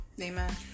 Amen